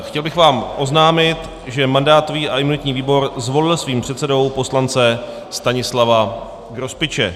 Chtěl bych vám oznámit, že mandátový a imunitní výbor zvolil svým předsedou poslance Stanislava Grospiče.